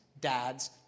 dads